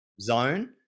zone